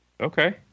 Okay